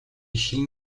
хэн